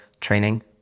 training